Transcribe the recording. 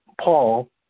Paul